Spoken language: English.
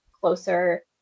closer